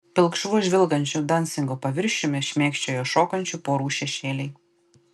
pilkšvu žvilgančiu dansingo paviršiumi šmėkščioja šokančių porų šešėliai